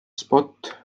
spot